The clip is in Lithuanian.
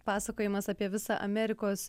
pasakojimas apie visą amerikos